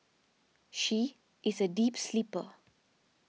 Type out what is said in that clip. she is a deep sleeper